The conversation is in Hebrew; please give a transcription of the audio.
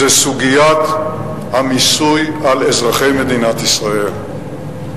סוגיית המיסוי על אזרחי מדינת ישראל.